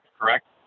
correct